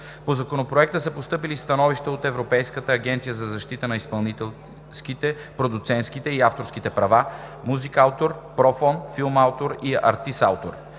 По Законопроекта са постъпили становища от: Европейската агенция за защита на изпълнителските, продуцентските и авторските права, „Музикаутор“, „Профон“, „Филмаутор“ и „Артистаутор“,